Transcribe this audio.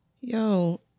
Yo